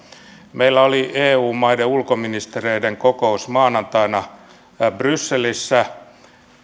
meillä oli eu maiden ulkoministereiden kokous maanantaina brysselissä